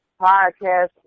podcast